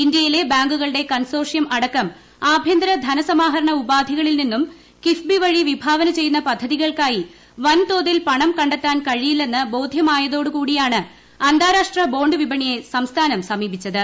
ഇന്ത്യയിലെ ബാങ്കുകളുടെ കൺസോർഷൃം അടക്കം ആഭൃന്തര ധനസമാഹരണ ഉപാധികളിൽ നിന്നും കിഫ്ബി വഴി വിഭാവന ചെയ്യുന്ന പദ്ധതികൾക്കായി വൻതോതിൽ പണം കണ്ടെത്താൻ കഴിയില്ലെന്ന് ബോധ്യമായതോടുകൂടിയാണ് അന്താരാഷ്ട്ര ബോണ്ട് വിപണിയെ സംസ്ഥാനം സമീപിച്ചത്